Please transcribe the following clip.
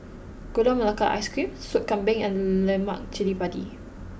Gula Melaka Ice Cream Soup Kambing and Lemak Cili Padi